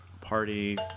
party